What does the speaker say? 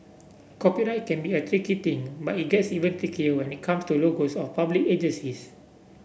copyright can be a tricky thing but it gets even trickier when it comes to logos of public agencies